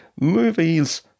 movies